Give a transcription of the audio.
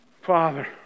Father